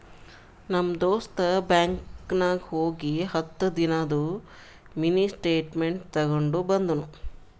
ನಮ್ ದೋಸ್ತ ಬ್ಯಾಂಕ್ ನಾಗ್ ಹೋಗಿ ಹತ್ತ ದಿನಾದು ಮಿನಿ ಸ್ಟೇಟ್ಮೆಂಟ್ ತೇಕೊಂಡ ಬಂದುನು